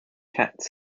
cats